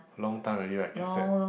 long time already right cassette